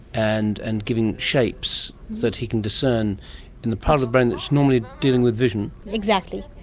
and and giving shapes that he can discern in the part of the brain that is normally dealing with vision. exactly.